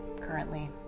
currently